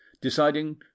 deciding